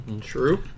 True